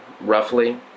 roughly